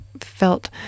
felt